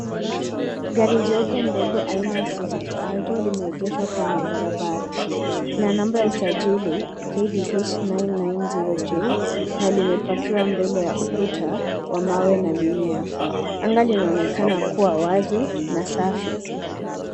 Gari jeupe ndogo aina ya suzuki alto limeegeshwa kwenye barabara na namba ya usajili KDH nine nine zero J na limepakiwa mbele ya ukuta wa mawe na mimea. Anga linaonekana kuwa wazi na safi.